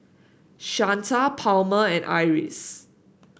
Shanta Palmer and Iris